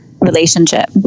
relationship